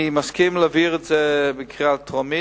אני מסכים להעביר את ההצעות בקריאה טרומית.